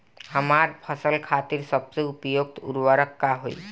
हमार फसल खातिर सबसे उपयुक्त उर्वरक का होई?